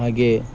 ಹಾಗೇ